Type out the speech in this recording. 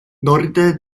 norde